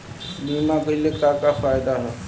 बीमा कइले का का फायदा ह?